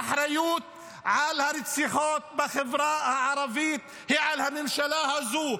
האחריות על הרציחות בחברה הערבית היא על הממשלה הזו.